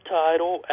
title